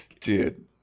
dude